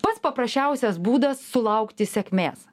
pats paprasčiausias būdas sulaukti sėkmės